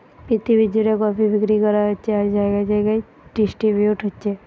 পৃথিবী জুড়ে কফি বিক্রি করা হচ্ছে আর জাগায় জাগায় ডিস্ট্রিবিউট হচ্ছে